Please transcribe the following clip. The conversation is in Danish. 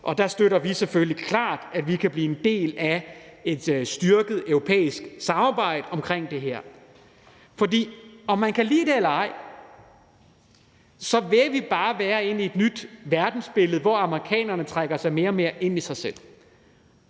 Og der støtter vi selvfølgelig klart, at vi kan blive en del af et styrket europæisk samarbejde om det her. For om man kan lide det eller ej, vil vi bare være på vej ind i et nyt verdensbillede, hvor amerikanerne trækker sig mere og mere ind i sig selv.